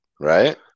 Right